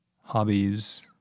hobbies